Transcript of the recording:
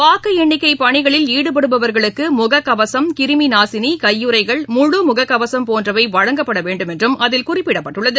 வாக்குஎண்ணிக்கைபனிகளில் ஈடுபடுபவர்களுக்குமுகக்கவசம் கிருமிநாசினி கையுறைகள் முழு முகக்கவசம் போன்றவைவழங்கப்படவேண்டும் என்றும் அதில் குறிப்பிடப்பட்டுள்ளது